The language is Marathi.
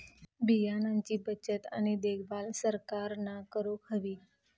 बियाणांची बचत आणि देखभाल सरकारना करूक हवी